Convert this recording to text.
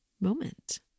moment